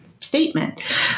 statement